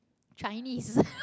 chinese